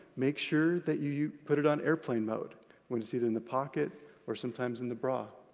make sure that you you put it on airplane mode when it's either in the pocket or sometimes in the bra.